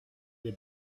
des